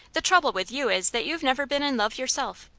the trouble with you is that you've never been in love yourself.